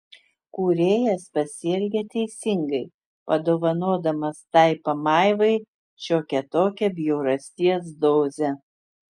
kūrėjas pasielgė teisingai padovanodamas tai pamaivai šiokią tokią bjaurasties dozę